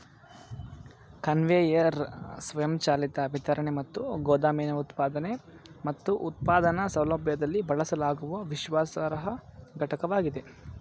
conveyor ಸ್ವಯಂಚಾಲಿತ ವಿತರಣೆ ಮತ್ತು ಗೋದಾಮಿನ ಉತ್ಪಾದನೆ ಮತ್ತು ಉತ್ಪಾದನಾ ಸೌಲಭ್ಯದಲ್ಲಿ ಬಳಸಲಾಗುವ ವಿಶ್ವಾಸಾರ್ಹ ಘಟಕವಾಗಿದೆ